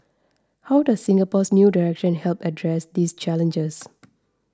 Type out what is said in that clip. how does Singapore's new direction help address these challenges